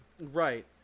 right